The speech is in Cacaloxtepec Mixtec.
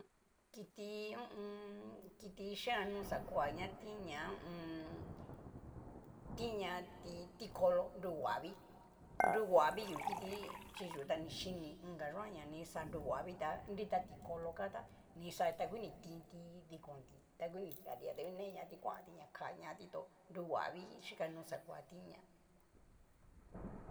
Kiti hu u un kiti yiano xakoa ña tinña ho o on. tinñati ti' kolo nrohuavii, nrohuavii hu kiti chi yú ta ni xhini onka yoaña ni kixa nrohuavii ta nrita ti'kolo ká tá nikixati a ngu ni tinti dikonti ta ngu ni kea di'a angu neñati kuanti ña kañati tó nrohuavii xiñano xakoa tinña.